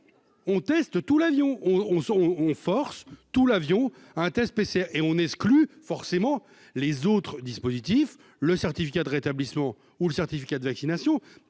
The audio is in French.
on teste tout l'avion on force tout l'avion à un test PCR et on exclut forcément les autres dispositifs le certificat de rétablissement ou le certificat de vaccination